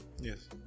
yes